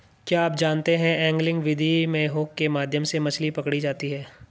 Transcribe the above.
क्या आप जानते है एंगलिंग विधि में हुक के माध्यम से मछली पकड़ी जाती है